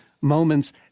moments